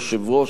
יושב-ראש,